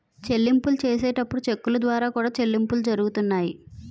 చెల్లింపులు చేసేటప్పుడు చెక్కుల ద్వారా కూడా చెల్లింపులు జరుగుతున్నాయి